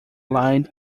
line